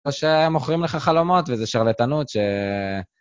או שמוכרים לך חלומות וזה שרלטנות ש...